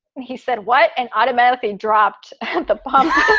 and he said, what? and automatically dropped the pumpkin